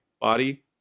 body